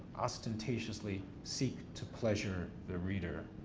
ostentatiously seek to pleasure the reader,